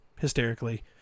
hysterically